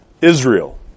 Israel